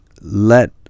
let